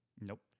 Nope